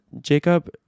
Jacob